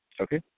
Okay